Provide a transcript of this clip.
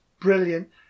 brilliant